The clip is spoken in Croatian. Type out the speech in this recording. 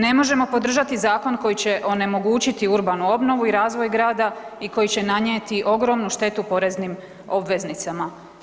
Ne možemo podržati zakon koji će onemogućiti urbanu obnovu i razvoj grada i koji će nanijeti ogromnu štetu poreznim obveznicima.